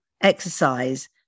exercise